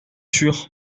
sûr